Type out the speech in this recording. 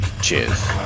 Cheers